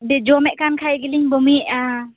ᱫᱤᱭᱮ ᱡᱚᱢᱮᱫ ᱠᱟᱱ ᱠᱷᱟᱡ ᱜᱮᱞᱤᱧ ᱵᱚᱢᱤ ᱭᱮᱜᱼᱟ